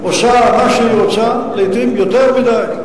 עושה מה שהיא רוצה, לעתים יותר מדי.